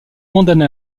condamné